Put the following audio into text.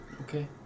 Okay